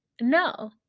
No